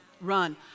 run